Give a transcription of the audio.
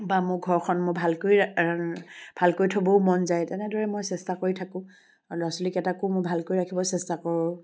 বা মোৰ ঘৰখন মই ভালকৈ ভালকৈ থ'বও মন যায় তেনেদৰে মই চেষ্টা কৰি থাকোঁ আৰু ল'ৰা ছোৱালীকেটাকো মই ভালকৈ ৰাখিব চেষ্টা কৰোঁ